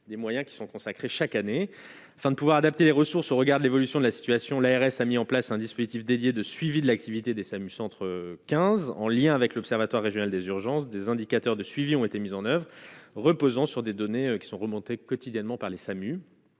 des moyens qui sont consacrés chaque année fin de pouvoir adapter les ressources, on regarde l'évolution de la situation, l'ARS a mis en place un dispositif dédié de suivi de l'activité des SAMU centre 15 en lien avec l'Observatoire régional des urgences des indicateurs de suivi, ont été mises en oeuvre, reposant sur des données qui sont remontées quotidiennement par les SAMU